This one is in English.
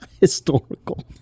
Historical